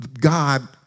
God